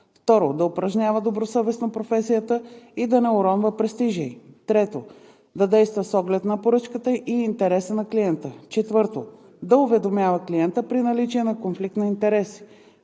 2. да упражнява добросъвестно професията и да не уронва престижа ѝ; 3. да действа с оглед на поръчката и интереса на клиента; 4. да уведомява клиента при наличие на конфликт на интереси;